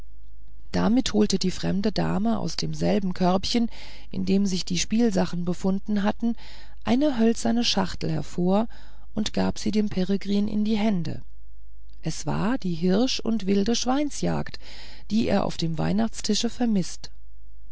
damit holte die fremde dame aus demselben körbchen in dem sich die spielsachen befunden hatten eine hölzerne schachtel hervor und gab sie dem peregrin in die hände es war die hirsch und wilde schweinsjagd die er auf dem weihnachtstische vermißt